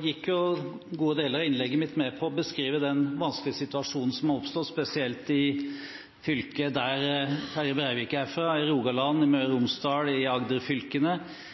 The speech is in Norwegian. gikk jo en god del av innlegget mitt med til å beskrive den vanskelige situasjonen som har oppstått spesielt i fylket der Terje Breivik er fra, Hordaland, i Rogaland, i Møre og Romsdal, i